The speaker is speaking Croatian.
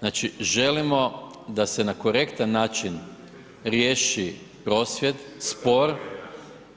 Znači želimo da se na korektan način riješi prosvjed, spor